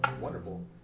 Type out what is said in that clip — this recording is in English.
Wonderful